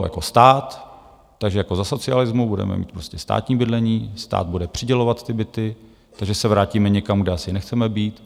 Jako stát, takže jako za socialismu, budeme mít prostě státní bydlení, stát bude přidělovat ty byty, takže se vrátíme někam, kde asi nechceme být.